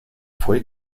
fue